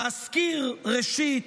להזכיר, ראשית,